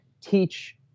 teach